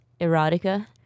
erotica